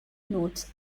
notes